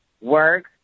work